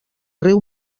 riu